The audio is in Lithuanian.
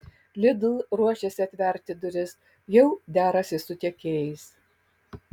lidl ruošiasi atverti duris jau derasi su tiekėjais